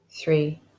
three